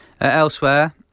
Elsewhere